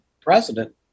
president